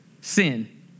Sin